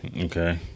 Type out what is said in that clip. Okay